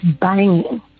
banging